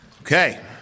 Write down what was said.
Okay